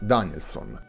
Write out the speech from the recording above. Danielson